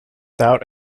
doubt